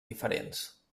diferents